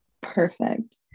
perfect